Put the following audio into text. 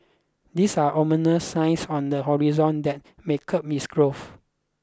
these are ominous signs on the horizon that may curb its growth